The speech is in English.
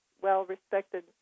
well-respected